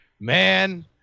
Man